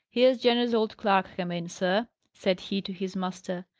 here's jenner's old clerk come in, sir, said he to his master.